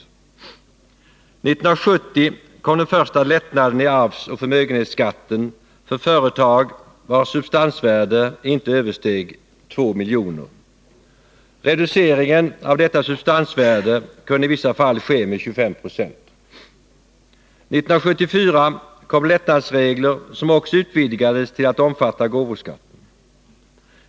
1970 kom den första lättnaden i arvsoch förmögenhetsskatten för företag vilkas substansvärde inte översteg 2 miljoner. Reduceringen av detta substansvärde kunde i vissa fall ske med 25 97. 1974 kom lättnadsregler som också utvidgades till att omfatta gåvoskatten.